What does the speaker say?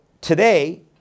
today